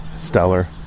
stellar